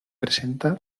presenta